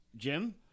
Jim